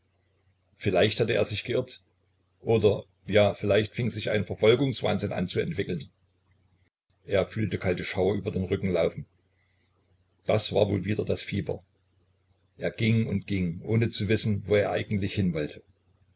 vielleicht hatte er sich geirrt oder ja vielleicht fing sich ein verfolgungswahnsinn zu entwickeln an er fühlte kalte schauer über den rücken laufen das war wohl wieder das fieber er ging und ging ohne zu wissen wo er eigentlich